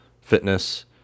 fitness